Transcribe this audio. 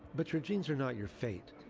but your genes are not your fate.